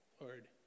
Lord